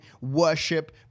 worship